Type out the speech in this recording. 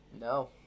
No